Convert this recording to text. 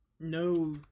no